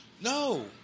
No